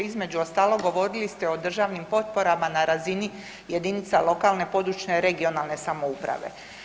Između ostalog govorili ste o držanim potporama na razini jedinica lokalne, područne regionalne samouprave.